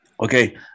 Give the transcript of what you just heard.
Okay